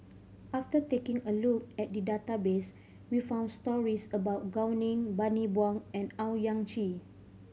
after taking a look at the database we found stories about Gao Ning Bani Buang and Owyang Chi